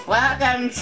welcome